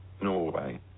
Norway